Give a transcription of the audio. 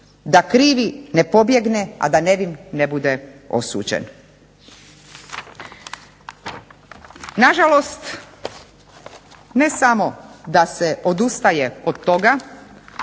da krivi ne pobjegne, a da nevin ne bude osuđen. Nažalost, ne samo da se odustaje od toga